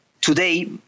today